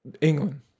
England